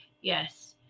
yes